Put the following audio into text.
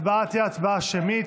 ההצבעה תהיה הצבעה שמית.